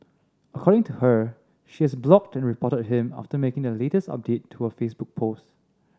according to her she has blocked and reported him after making the latest update to her Facebook post